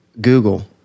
Google